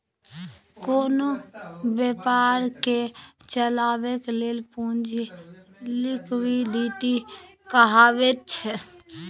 कोनो बेपारकेँ चलेबाक लेल पुंजी लिक्विडिटी कहाबैत छै